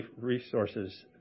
resources